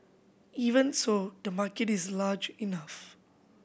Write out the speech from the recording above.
even so the market is large enough